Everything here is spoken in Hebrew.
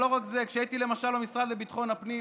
כשהייתי במשרד לביטחון הפנים